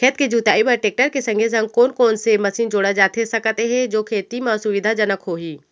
खेत के जुताई बर टेकटर के संगे संग कोन कोन से मशीन जोड़ा जाथे सकत हे जो खेती म सुविधाजनक होही?